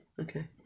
Okay